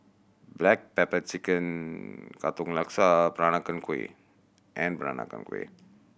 black pepper chicken Katong Laksa Peranakan Kueh and Peranakan Kueh